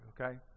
okay